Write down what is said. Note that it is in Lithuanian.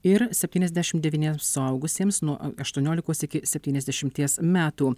ir septyniasdešimt devyniems suaugusiems nuo aštuoniolikos iki septyniasdešimties metų